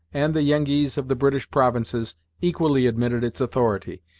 and the yengeese of the british provinces equally admitted its authority,